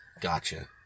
Gotcha